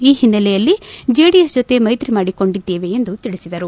ಈ ಹಿನ್ನಲೆಯಲ್ಲಿ ಜೆಡಿಎಸ್ ಜೊತೆ ಮೈತ್ರಿ ಮಾಡಿಕೊಂಡಿದ್ದೇವೆ ಎಂದು ತಿಳಿಸಿದರು